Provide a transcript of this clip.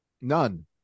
None